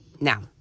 Now